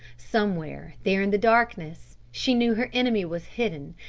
somewhere there in the darkness she knew her enemy was hidden,